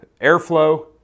airflow